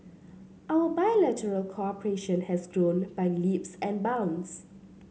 our bilateral cooperation has grown by leaps and bounds